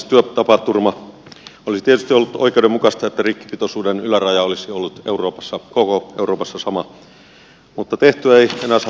olisi tietysti ollut oikeudenmukaista että rikkipitoisuuden yläraja olisi ollut koko euroopassa sama mutta tehtyä ei enää saa tekemättömäksi